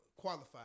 qualified